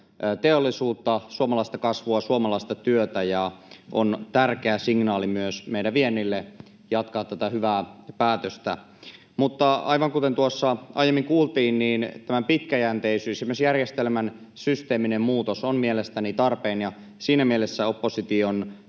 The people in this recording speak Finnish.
teollisuutta, suomalaista kasvua, suomalaista työtä, ja on tärkeä signaali myös meidän viennille jatkaa tätä hyvää päätöstä. Mutta aivan kuten tuossa aiemmin kuultiin, tämä pitkäjänteisyys ja myös järjestelmän systeeminen muutos on mielestäni tarpeen, ja siinä mielessä opposition